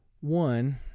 One